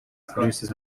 produces